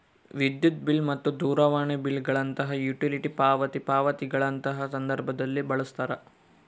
ವಿದ್ಯುತ್ ಬಿಲ್ ಮತ್ತು ದೂರವಾಣಿ ಬಿಲ್ ಗಳಂತಹ ಯುಟಿಲಿಟಿ ಪಾವತಿ ಪಾವತಿಗಳಂತಹ ಸಂದರ್ಭದಲ್ಲಿ ಬಳಸ್ತಾರ